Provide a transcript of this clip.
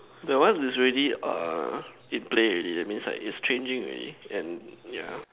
the one is already uh in play already that means like it's changing already and yeah